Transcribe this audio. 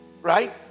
Right